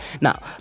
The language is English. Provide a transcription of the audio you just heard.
now